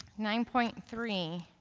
nine point three